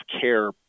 care